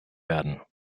werden